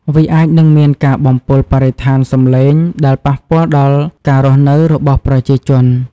វាអាចនឹងមានការបំពុលបរិស្ថានសំឡេងដែលប៉ះពាល់ដល់ការរស់នៅរបស់ប្រជាជន។